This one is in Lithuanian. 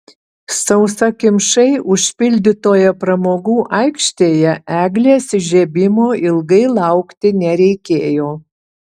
sausakimšai užpildytoje pramogų aikštėje eglės įžiebimo ilgai laukti nereikėjo